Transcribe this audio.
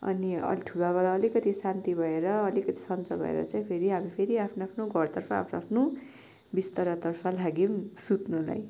अनि अब ठुलोबाबालाई अलिकति शान्ति भएर अलिकति सन्चो भएर चाहिँ फेरि अब फेरि आफ्नो आफ्नो घरतर्फ आफ्नो आफ्नो बिस्तरातर्फ लाग्यौँ सुत्नुलाई